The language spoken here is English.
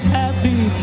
happy